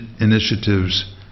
initiatives